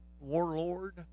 Warlord